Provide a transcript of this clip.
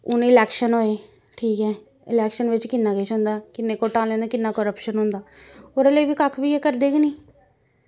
हून इलेक्शन होई ठीक ऐ इलेक्शन बिच कि'न्ना किश होंदा कि'न्ने घोटाले न कि'न्ना करप्शन होंदा ओह्दे लेई बी एह् कक्ख बी करदे गै निं